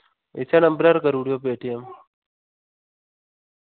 इस्सै नंबरै र करूड़ेओ पेटीऐम्म